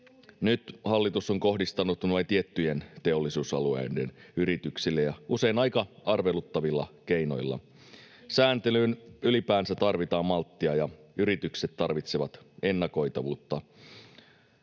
Nyt hallitus on kohdistanut ne vain tiettyjen teollisuusalueiden yrityksille ja usein aika arveluttavilla keinoilla. Sääntelyyn ylipäänsä tarvitaan malttia, ja yritykset tarvitsevat ennakoitavuutta.